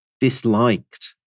disliked